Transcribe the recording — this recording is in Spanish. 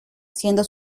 siendo